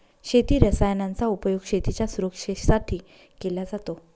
शेती रसायनांचा उपयोग शेतीच्या सुरक्षेसाठी केला जातो